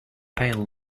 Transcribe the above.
pail